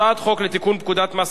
הצעת חוק זכויות התלמיד (תיקון,